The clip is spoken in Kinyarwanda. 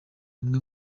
amwe